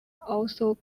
also